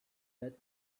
let